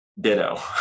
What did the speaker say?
Ditto